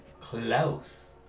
Close